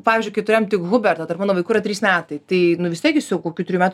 pavyzdžiui kai turėjom tik hubertą tarp mano vaikų yra trys metai tai vis tiek jis jau kokių trijų metų